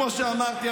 כמו שאמרתי,